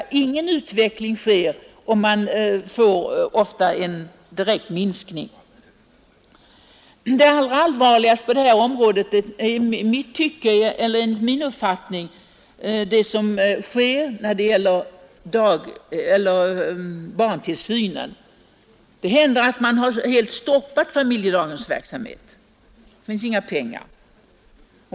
Ingen utveckling sker, utan det blir ofta i stället en direkt minskning av verksamheten. Det allvarligaste på detta område är enligt min uppfattning det som sker i fråga om barntillsynen. Det händer att man helt stoppar familjedaghemsverksamheten; det finns inga pengar.